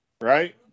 right